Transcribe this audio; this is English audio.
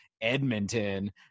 Edmonton